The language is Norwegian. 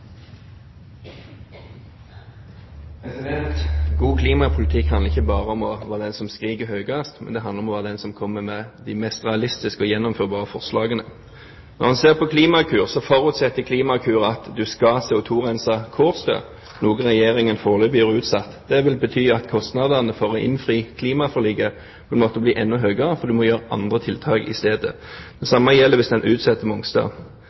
God klimapolitikk handler ikke bare om å være den som skriker høyest, det handler om å være den som kommer med de mest realistiske og gjennomførbare forslagene. Når en ser på Klimakur, forutsetter Klimakur at en skal CO2-rense Kårstø, noe Regjeringen foreløpig har utsatt. Det vil bety at kostnadene med å innfri klimaforliket vil måtte bli enda høyere, fordi en må iverksette andre tiltak i stedet. Det samme gjelder hvis en utsetter Mongstad.